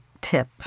tip